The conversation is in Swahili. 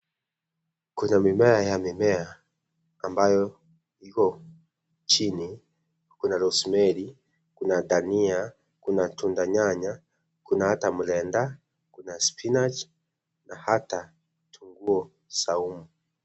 Kuna mimea ya mimea ambayo iko chini. Kuna Rosemary, kuna dania, kuna tunda nyanya, Kuna hata mrenda, kuna spinach na hata kitunguu saumu.